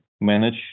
manage